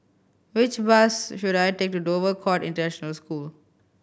which bus should I take to Dover Court International School